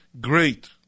Great